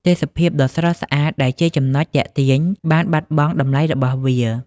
ទេសភាពដ៏ស្រស់ស្អាតដែលជាចំណុចទាក់ទាញបានបាត់បង់តម្លៃរបស់វា។